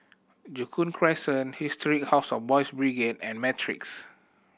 Joo Koon Crescent Historic House of Boys' Brigade and Matrix